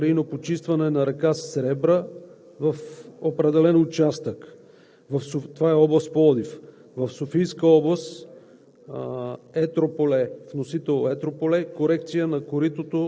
Вносител на искането е община Раковски за аварийно почистване на река Сребра в определен участък – това е област Пловдив.